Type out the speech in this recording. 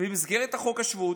במסגרת חוק השבות.